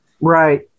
Right